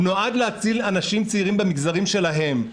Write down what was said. הוא נועד להציל אנשים צעירים במגזרים שלהם,